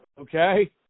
okay